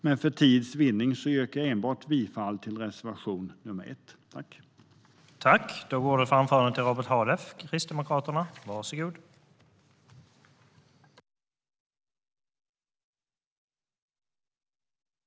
Men för tids vinnande yrkar jag enbart bifall till reservation nr 1.I detta anförande instämde Sten Bergheden, Erik Ottosson och Edward Riedl samt Robert Halef .